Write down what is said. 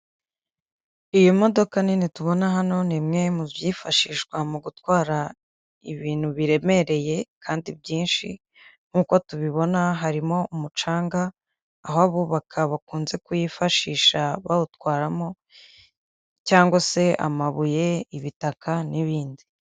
Iyi modoka nini tubona hano ni imwe mu byifashishwa mu gutwara ibintu biremereye kandi byinshi nk'uko tubibona harimo umucanga, aho abubaka bakunze kuyifashisha bawutwaramo cyangwa se amabuye, ibitaka n'ibindi.